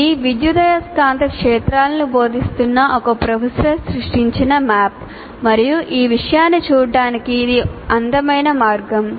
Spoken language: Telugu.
ఇది విద్యుదయస్కాంత క్షేత్రాలను బోధిస్తున్న ఒక ప్రొఫెసర్ సృష్టించిన మ్యాప్ మరియు ఈ విషయాన్ని చూడటానికి ఇది అందమైన మార్గం